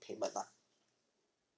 payment lah